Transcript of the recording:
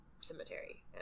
cemetery